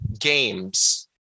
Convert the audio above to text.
games